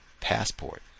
passport